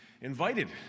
invited